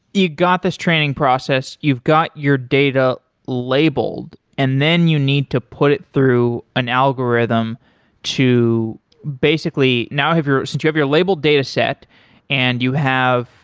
you got this training process, you've got your data labeled, and then you need to put it through an algorithm to basically now have your since you have your labelled data set and you have,